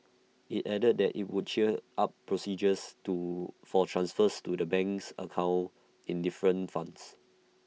IT added that IT would cheer up procedures to for transfers to the banks account for different funds